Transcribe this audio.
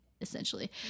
essentially